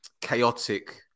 chaotic